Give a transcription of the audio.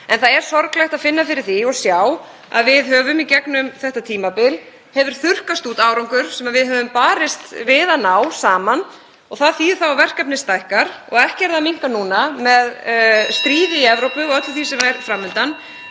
En það er sorglegt að finna fyrir því og sjá að í gegnum þetta tímabil hefur þurrkast út árangur sem við höfum barist við að ná saman. Það þýðir að verkefnið stækkar og ekki er það að minnka núna með stríði í Evrópu og (Forseti hringir.)